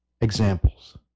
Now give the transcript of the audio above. examples